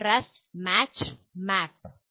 contrast match map